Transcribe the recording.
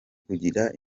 kugira